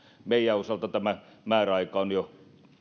meidän osaltamme tämä määräaika on jo